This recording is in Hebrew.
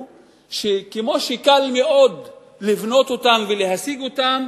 שכמו שקל מאוד לבנות אותם ולהשיג אותם,